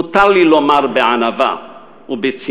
מותר לי לומר בענווה ובצנעה: